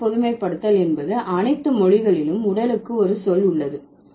முதல் பொதுமைப்படுத்தல் என்பது அனைத்து மொழிகளிலும் உடலுக்கு ஒரு சொல் உள்ளது